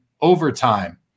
overtime